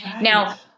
Now